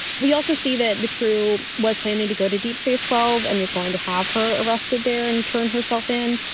we also see that the crew was planning to go to deep space twelve and was going to have her arrested there and turn herself in.